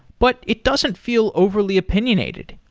but it doesn't feel overly opinionated.